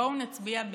בואו נצביע בעד.